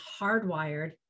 hardwired